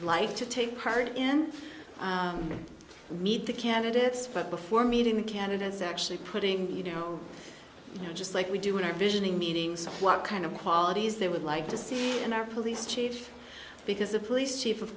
like to take part in meet the candidates but before meeting the candidates actually putting you know just like we do in our visioning meetings what kind of qualities they would like to see in our police chief because a police chief of